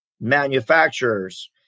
manufacturers